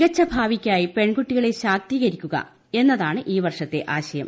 മികച്ച ഭാവിക്കായി പെൺകുട്ടികളെ ശാക്തീകരിക്കുക എന്നതാണ് ഈ വർഷത്തെ ആശയം